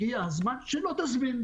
הגיע הזמן שהיא לא תזמין.